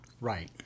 Right